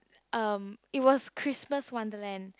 um it was Christmas wonderland